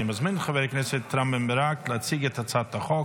אני מזמין את חבר הכנסת רם בן ברק להציג את הצעת החוק.